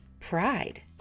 pride